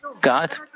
God